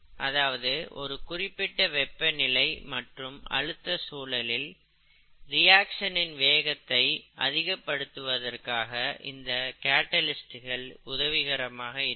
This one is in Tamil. அதாவது ஒரு குறிப்பிட்ட வெப்பநிலை மற்றும் அழுத்த சூழலில் ரியாக்சன் இன் வேகத்தை அதிகப்படுத்துவதற்கு இந்த கேட்டலிஸ்ட் உதவிகரமாக இருக்கும்